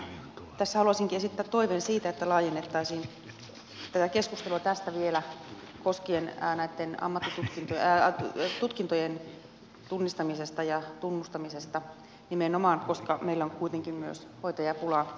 oikeastaan tässä haluaisinkin esittää toiveen siitä että laajennettaisiin tätä keskustelua tästä vielä koskien näitten tutkintojen tunnistamista ja tunnustamista nimenomaan koska meillä on kuitenkin myös hoitajapula